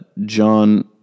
John